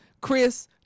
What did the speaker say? Chris